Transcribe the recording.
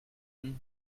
une